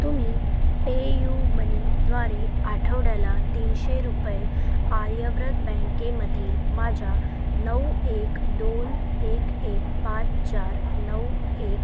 तुम्ही पेयूमनीद्वारे आठवड्याला तीनशे रुपये आर्यव्रत बँकेमधील माझ्या नऊ एक दोन एक एक पाच चार नऊ एक